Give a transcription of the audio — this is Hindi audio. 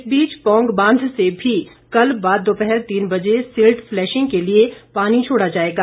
इस बीच पौंग बांध से भी कल बाद दोपहर तीन बजे सिल्ट फ़्लैशिंग के लिए पानी छोड़ा जाएगा